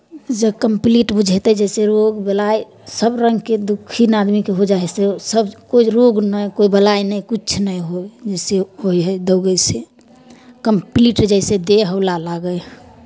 जे कम्प्लीट बुझयतै जइसे रोग बलाए सभ रङ्गके दुःखी ने आदमीकेँ बुझाइ हइ सेसभ कोइ रोग नहि कोइ बलाए नहि किछु नहि होय जइसे होइ हइ दौड़यसँ कम्प्लीट जइसे देह हौला लागै हइ